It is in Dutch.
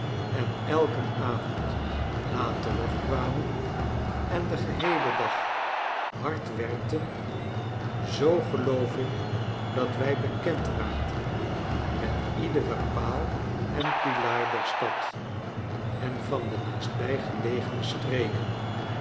en elken avond laat terugkwamen en den geheelen dag hard werkten zoo geloof ik dat wij bekend raakten met iederen paal en pilaar der stad en van de naastbtjgelegene streken